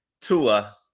Tua